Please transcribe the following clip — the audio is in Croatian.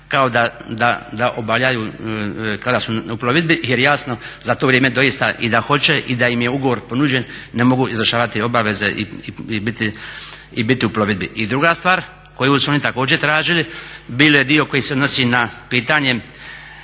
kao da obavljaju kada su u plovidbi jer jasno za to vrijeme doista i da hoće i da im je ugovor ponuđen ne mogu izvršavati obaveze i biti u plovidbi. I druga stvar, koju su oni također tražili bio je dio koji se odnosi na pitanje